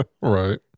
Right